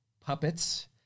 puppets